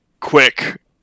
quick